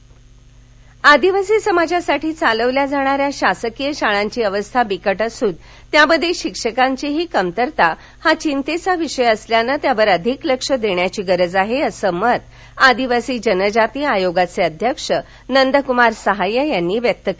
आदिवासी नंदरवार आदिवासी समाजासाठी चालवल्या जाणाऱ्या शासकीय शाळांची अवस्था बिकट असून त्यामध्ये शिक्षकांचीही कमतरता हा चिंतेचा विषय असल्यानं यावर अधिक लक्ष देण्याची गरज आहे असं मत आदिवासी जनजाती आयोगाचे अध्यक्ष नदकमार सहाय यांनी व्यक्त केलं